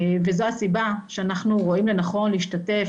וזו הסיבה שאנחנו רואים לנכון להשתתף